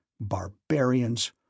Barbarians